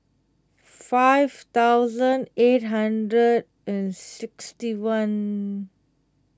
five thousand eight hundred and sixty one